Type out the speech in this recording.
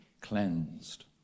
cleansed